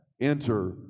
enter